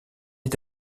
est